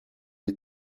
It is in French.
les